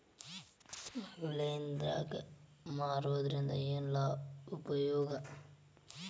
Online ನಾಗ್ ಮಾರೋದ್ರಿಂದ ಏನು ಉಪಯೋಗ?